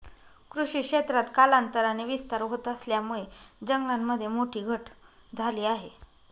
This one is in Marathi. कृषी क्षेत्रात कालांतराने विस्तार होत असल्यामुळे जंगलामध्ये मोठी घट झाली आहे